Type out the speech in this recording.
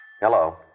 Hello